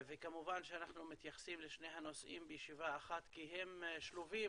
אנחנו מתייחסים לשני הנושאים בישיבה אחת כי הם שלובים